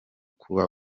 kuba